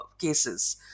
cases